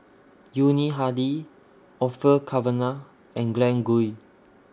Yuni Hadi Orfeur Cavenagh and Glen Goei